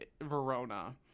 Verona